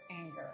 anger